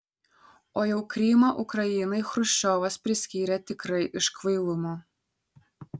o jau krymą ukrainai chruščiovas priskyrė tikrai iš kvailumo